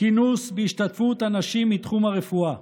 כינוס בהשתתפות אנשים מתחום הרפואה.